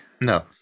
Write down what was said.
No